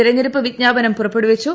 തിരഞ്ഞെടുപ്പ് വിജ്ഞാപനം പുറപ്പെടുവിച്ചു